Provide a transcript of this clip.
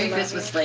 ah christmas like